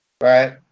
Right